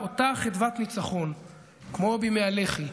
באותה חדוות ניצחון כמו בימי הלח"י,